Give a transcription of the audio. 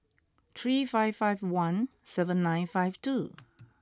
three five five one seven nine five two